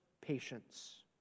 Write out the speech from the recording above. patience